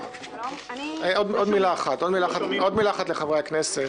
עוד מילה אחת לחברי הכנסת.